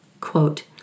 quote